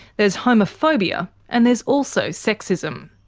there's homophobia, and there's also sexism.